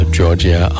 Georgia